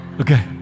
Okay